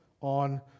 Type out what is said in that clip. on